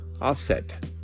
offset